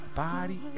body